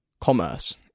commerce